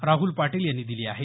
राहुल पाटील यांनी दिली आहे